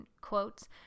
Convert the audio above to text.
quotes